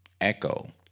Echo